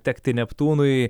tekti neptūnui